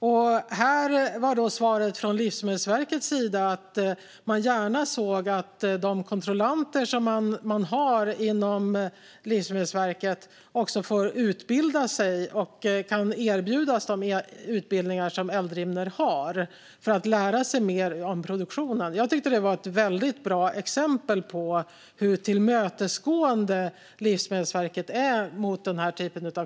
En anpassning av bestämmelser om kontroll i livsmedels-kedjan till EU:s nya kontrollförordning Svaret från Livsmedelsverket var att de gärna såg att deras egna kontrollanter får utbilda sig och kan erbjudas de utbildningar som Eldrimner har för att lära sig mer om produktionen. Det här var ett väldigt bra exempel på hur tillmötesgående Livsmedelsverket är mot kritik som denna.